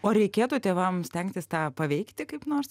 o reikėtų tėvam stengtis tą paveikti kaip nors